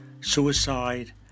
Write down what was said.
suicide